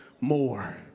more